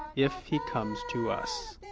if he comes to us.